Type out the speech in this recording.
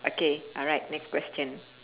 okay alright next question